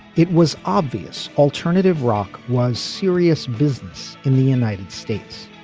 it was obvious alternative rock was serious business in the united states.